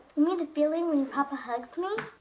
mean the feeling when papa hugs me?